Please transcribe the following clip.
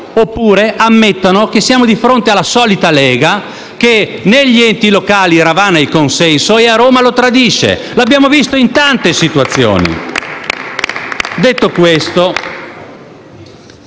oppure ammettano che siamo di fronte alla solita Lega, che negli enti locali "ravana" il consenso e a Roma lo tradisce, come abbiamo visto in tante situazioni.